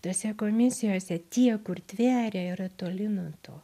tose komisijose tie kur tveria yra toli nuo to